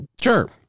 sure